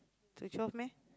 so twelve meh